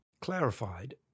clarified